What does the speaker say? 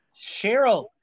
Cheryl